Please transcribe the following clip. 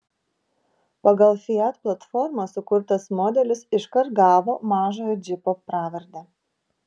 pagal fiat platformą sukurtas modelis iškart gavo mažojo džipo pravardę